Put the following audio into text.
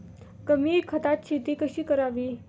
कमी खतात शेती कशी करावी?